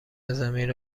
زمین